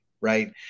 Right